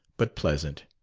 but pleasant.